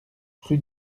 rue